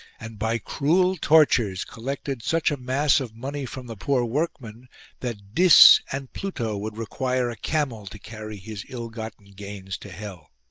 and by cruel tortures collected such a mass of money from the poor workmen that dis and pluto would require a camel to carry his ill-gotten gains to hell.